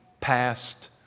past